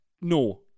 No